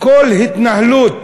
כל התנהלות